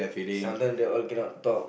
some time they all cannot talk